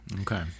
Okay